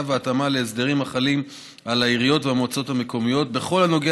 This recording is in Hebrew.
והתאמה לסדרים החלים על העיריות והמועצות המקומיות בכל הנוגע